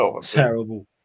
Terrible